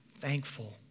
thankful